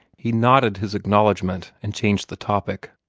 he nodded his acknowledgment, and changed the topic.